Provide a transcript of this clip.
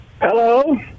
Hello